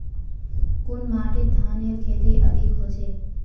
कुन माटित धानेर खेती अधिक होचे?